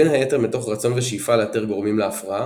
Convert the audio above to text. בין היתר מתוך רצון ושאיפה לאתר גורמים להפרעה,